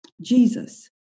Jesus